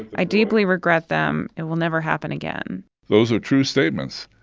i deeply regret them. it will never happen again those are true statements.